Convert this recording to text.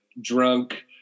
drunk